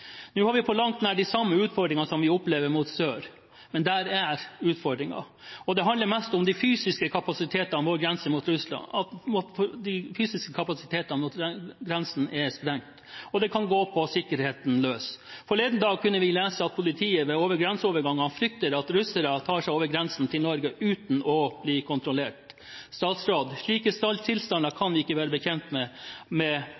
Nå har vi på langt nær de samme utfordringene som vi opplever mot sør, men det er utfordringer, og det handler mest om at de fysiske kapasitetene ved vår grense mot Russland er sprengt. Det kan gå på sikkerheten løs. Forleden dag kunne vi lese at politiet ved grenseoverganger frykter at russere tar seg over grensen til Norge uten å bli kontrollert. Statsråd: Slike tilstander